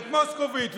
ואת מוסקוביץ',